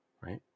Right